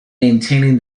maintaining